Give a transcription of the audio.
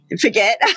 Forget